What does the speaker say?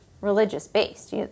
religious-based